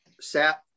set